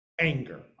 anger